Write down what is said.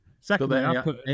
Secondly